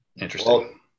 interesting